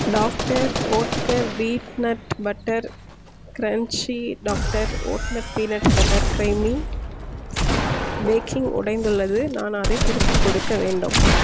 doctor Oetker peanut butter crunchy doctor ஓட்நட் peanut butter creamy packing உடைந்துள்ளது நான் அதைத் திருப்பிக் கொடுக்க வேண்டும்